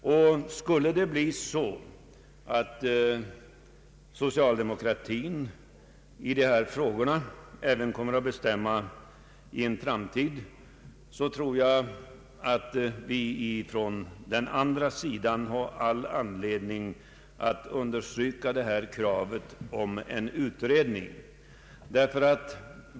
Om socialdemokratin även i framtiden skulle komma att bestämma i dessa frågor, så tror jag att vi från den andra sidan har all anledning att understryka detta krav på en utredning.